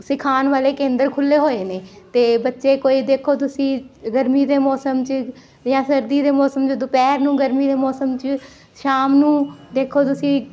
ਸਿਖਾਉਣ ਵਾਲੇ ਕੇਂਦਰ ਖੁੱਲ੍ਹੇ ਹੋਏ ਨੇ ਅਤੇ ਬੱਚੇ ਕੋਈ ਦੇਖੋ ਤੁਸੀਂ ਗਰਮੀ ਦੇ ਮੌਸਮ 'ਚ ਜਾਂ ਸਰਦੀ ਦੇ ਮੌਸਮ 'ਚ ਦੁਪਹਿਰ ਨੂੰ ਗਰਮੀ ਦੇ ਮੌਸਮ 'ਚ ਸ਼ਾਮ ਨੂੰ ਦੇਖੋ ਤੁਸੀਂ